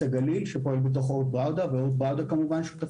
הגליל" שפועל בתוך אורט בראודה וכמובן גם אורט בראודה שותפים,